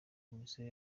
komisiyo